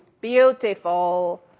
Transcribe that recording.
beautiful